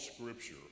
scripture